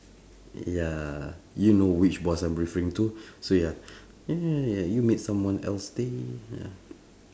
ya you know which boss I'm referring to so ya ya ya ya ya you made someone else day ya